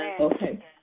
Okay